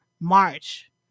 march